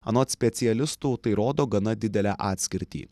anot specialistų tai rodo gana didelę atskirtį